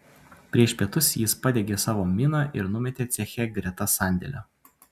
prieš pietus jis padegė savo miną ir numetė ceche greta sandėlio